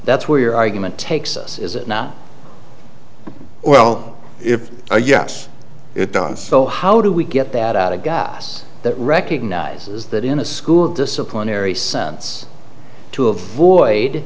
that's where your argument takes us is it not well if our yes it done so how do we get that out of gas that recognizes that in a school disciplinary sense to avoid